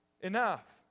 enough